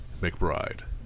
McBride